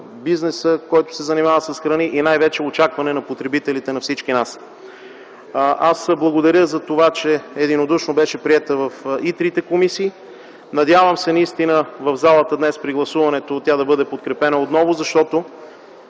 бизнеса, който се занимава с храни и най-вече очакване на потребителите, на всички нас. Благодаря за това, че единодушно беше приета и в трите комисии. Надявам се в залата днес при гласуването тя да бъде подкрепена отново, защото